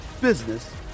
business